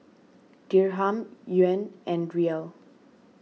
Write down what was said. Dirham Yuan and Riel